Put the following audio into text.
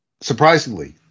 surprisingly